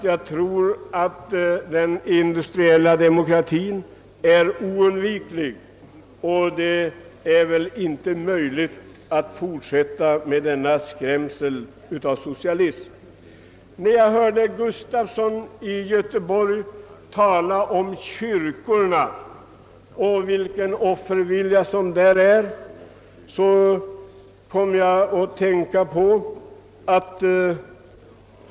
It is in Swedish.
Jag tror att den industriella demokratien är oundviklig, och om den genomförs kan man inte längre fortsätta att ge en skräckbild av socialismen. Då jag hörde herr Gustafson i Göteborg tala om kyrkobyggena och vilken offervilja som därvidlag visas kom jag att tänka på en sak.